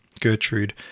Gertrude